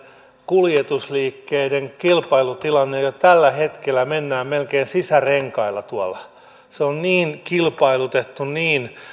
kuljetusliikkeiden kilpailutilanteen jo tällä hetkellä mennään melkein sisärenkailla tuolla se on niin kilpailutettu niin